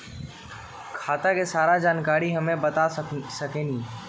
खाता के सारा जानकारी हमे बता सकेनी?